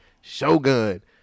Shogun